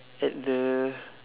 at the